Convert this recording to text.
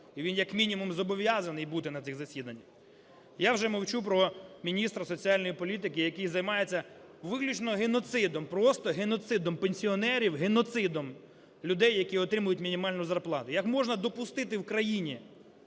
і він як мінімум зобов'язаний бути на цих засіданнях. Я вже мовчу про міністра соціальної політики, який займається виключно геноцидом, просто геноцидом пенсіонерів, геноцидом людей, які отримують мінімальну зарплату. Як можна допустити в країні,